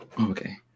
Okay